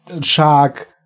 shark